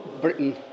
Britain